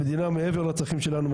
המדינה מעבר לצרכים שלנו,